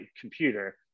computer